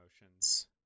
emotions